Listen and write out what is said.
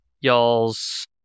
y'all's